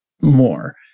more